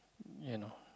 you know